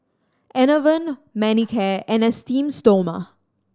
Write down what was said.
Enervon Manicare and Esteem Stoma